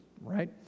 right